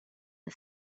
the